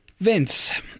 Vince